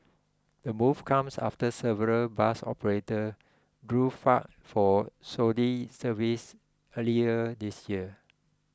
the move comes after several bus operators drew flak for shoddy services earlier this year